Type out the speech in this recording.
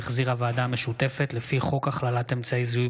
שהחזירה הוועדה המשותפת לפי חוק הכללת אמצעי זיהוי